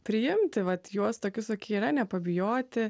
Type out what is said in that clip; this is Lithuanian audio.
priimti vat juos tokius kokie yra nepabijoti